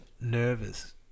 Nervous